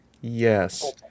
yes